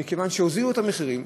מכיוון שהורידו את המחירים.